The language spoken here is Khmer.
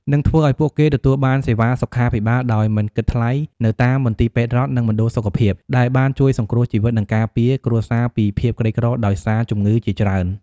និងធ្វើឱ្យពួកគេទទួលបានសេវាសុខាភិបាលដោយមិនគិតថ្លៃនៅតាមមន្ទីរពេទ្យរដ្ឋ និងមណ្ឌលសុខភាព ដែលបានជួយសង្គ្រោះជីវិត និងការពារគ្រួសារពីភាពក្រីក្រដោយសារជំងឺជាច្រើន។